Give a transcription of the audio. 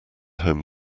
home